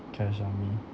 cash on me